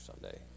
someday